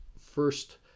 first